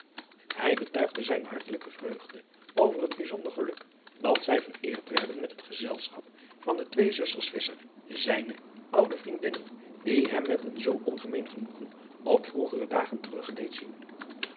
hij betuigde zijne hartelijke vreugde over het bijzonder geluk dat zij vereerd werden met het gezelschap van de twee zusters visscher zijne oude vriendinnen die hem met een zoo ongemeen genoegen op vroegere dagen terugge deed zien